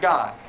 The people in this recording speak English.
God